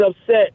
upset